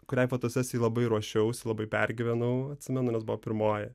kuriai fotosesijai labai ruošiausi labai pergyvenau atsimenu nes buvo pirmoji